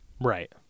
Right